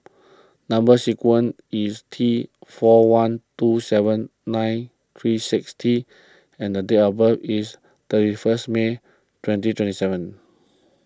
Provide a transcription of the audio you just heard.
Number Sequence is T four one two seven nine three six T and date of birth is thirty first May twenty twenty seven